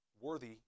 worthy